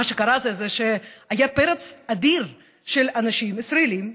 מה שקרה הוא שהיה פרץ אדיר של אנשים ישראלים שאומרים: